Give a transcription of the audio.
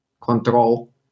control